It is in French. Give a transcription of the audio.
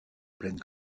pleine